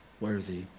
worthy